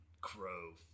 crow